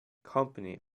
company